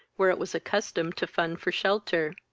where it was accustomed to fun for shelter.